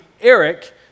Eric